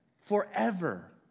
forever